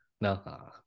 No